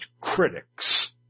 critics